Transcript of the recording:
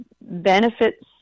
benefits